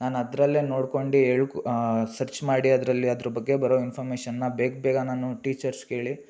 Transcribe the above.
ನಾನು ಅದರಲ್ಲೇ ನೋಡ್ಕೊಂಡು ಹೇಳ್ಕೊ ಸರ್ಚ್ ಮಾಡಿ ಅದರಲ್ಲಿ ಅದ್ರ ಬಗ್ಗೆ ಬರೋ ಇನ್ಫಾರ್ಮೇಷನ್ನ ಬೇಗ ಬೇಗ ನಾನು ಟೀಚರ್ಸ್ಗೆ ಹೇಳಿ